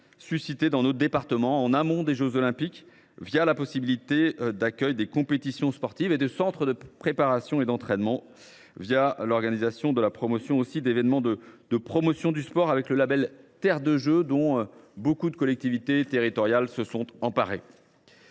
suscité dans notre département, en amont des jeux Olympiques, la possibilité d’accueillir des compétitions sportives et des centres de préparation et d’entraînement, ainsi que celle d’organiser des événements de promotion du sport, grâce au label Terre de Jeux, dont nombre de collectivités territoriales se sont emparées.